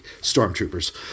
Stormtroopers